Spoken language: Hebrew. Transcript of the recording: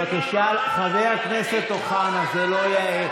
חבר הכנסת אוחנה, זה לא יאה.